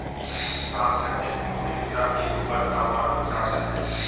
सांस्कृतिक उद्यमिता एक उभरता हुआ अनुशासन है